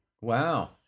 Wow